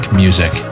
music